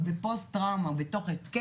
הוא בפוסט-טראומה, הוא בתוך התקף.